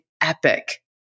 epic